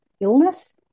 illness